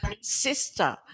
sister